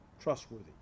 trustworthy